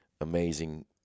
amazing